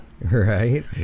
Right